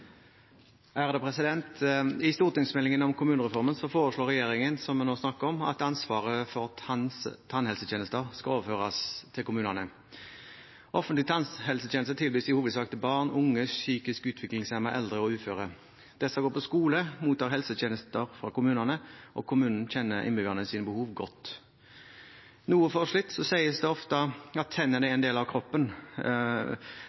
I stortingsmeldingen om kommunereformen foreslår regjeringen, som vi nå snakker om, at ansvaret for tannhelsetjenester skal overføres til kommunene. Offentlig tannhelsetjeneste tilbys i hovedsak til barn, unge, psykisk utviklingshemmede, eldre og uføre. Disse går på skole, mottar helsetjenester fra kommunene, og kommunene kjenner sine innbyggeres behov godt. Noe forslitt sies det ofte at tennene er en del av kroppen.